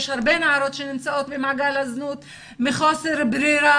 יש הרבה נערות שנמצאות במעגל הזנות מחוסר ברירה